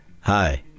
Hi